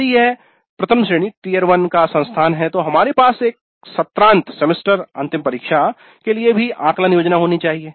यदि यह प्रथम श्रेणी का संस्थान है तो हमारे पास सत्रांत सेमेस्टर अंतिम परीक्षा semester end exam के लिए भी आकलन योजना होनी चाहिए